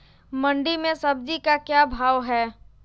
मंडी में सब्जी का क्या भाव हैँ?